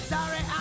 Sorry